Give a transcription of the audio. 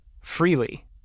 freely